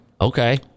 Okay